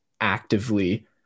actively